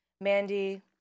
Mandy